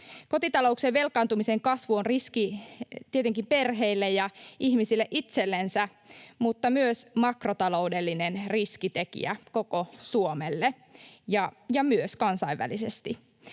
Kotitalouksien velkaantumisen kasvu on riski tietenkin perheille ja ihmisille itsellensä mutta myös makrotaloudellinen riskitekijä koko Suomelle ja myös kansainvälisesti.